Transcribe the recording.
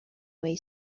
way